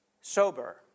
sober